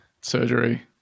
surgery